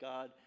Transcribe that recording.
God